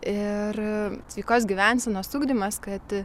ir sveikos gyvensenos ugdymas kad